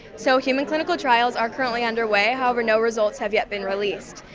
so human clinical trials are currently underway, however, no results have yet been released.